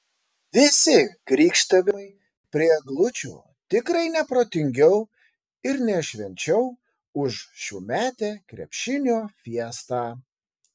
visi krykštavimai prie eglučių tikrai ne protingiau ir ne švenčiau už šiųmetę krepšinio fiestą